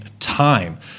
time